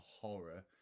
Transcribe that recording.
horror